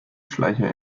schleicher